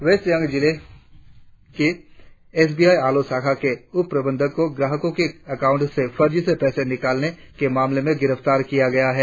waste Siang जिले के S B I Aalo शाखा के उपप्रबंधक को ग्राहकों के अकाउंट से फर्जी से पैसे निकालने के मामले में गिरफ्तार किया है